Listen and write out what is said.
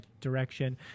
direction